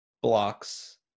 blocks